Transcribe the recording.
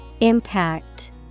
Impact